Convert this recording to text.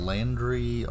Landry